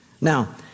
Now